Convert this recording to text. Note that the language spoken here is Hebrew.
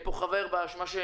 פה מיקי לוי שותף באשמה,